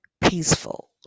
peaceful